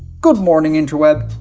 good morning interweb,